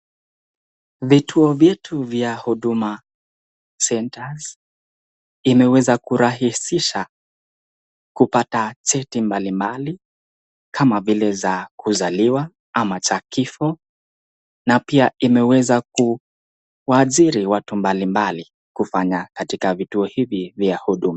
Vituo vyetu vya huduma centers , imeweza kuraisisha kupata cheti mbalimbali kama vile za kuzaliwa ama cha kifo na pia imeweza kuwaajiri watu mbalimbali kufanya katika vituo hivi vya huduma.